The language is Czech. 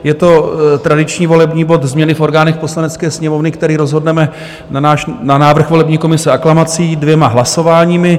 Je to tradiční volební bod Změny v orgánech Poslanecké sněmovny, který rozhodneme na návrh volební komise aklamací dvěma hlasováními.